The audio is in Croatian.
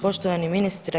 Poštovani ministre.